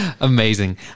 amazing